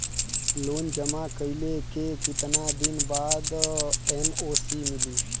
Loan जमा कइले के कितना दिन बाद एन.ओ.सी मिली?